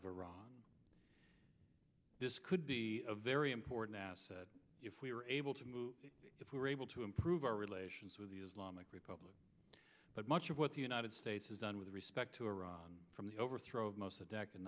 iran this could be a very important asset if we were able to move if we were able to improve our relations with the islamic republic but much of what the united states has done with respect to iraq from the overthrow of most